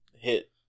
hit